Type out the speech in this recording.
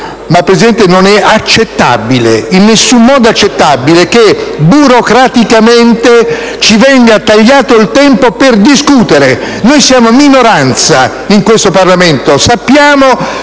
Presidente, non è in nessun modo accettabile che, burocraticamente, ci venga tagliato il tempo per discutere. Noi siamo minoranza in questo Parlamento, e sappiamo